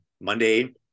Monday